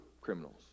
criminals